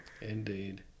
Indeed